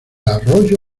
arroyo